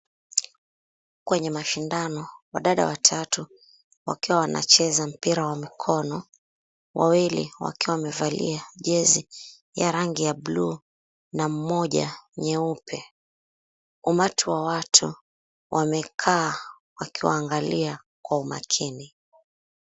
Kwenye mashindano, wadada watatu wakiwa wanacheza mpira wa mkono ,wawili wakiwa wamevalia jezi ya rangi ya bluu na mmoja nyeupe. Umati wa watu wamekaa wakiwaangalia kwa umakini.